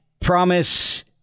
promise